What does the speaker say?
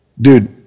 dude